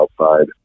outside